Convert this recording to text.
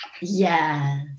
Yes